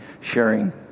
sharing